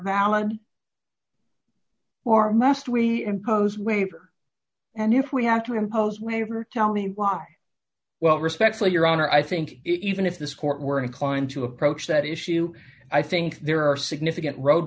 valid or must we impose waiver and if we have to impose waiver tell me why well respectfully your honor i think even if this court were inclined to approach that issue i think there are significant